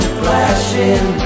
flashing